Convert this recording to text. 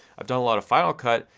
i've done a lot of final cut,